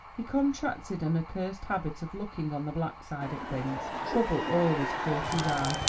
he contracted an accursed habit of looking on the black side of things trouble always caught his eye.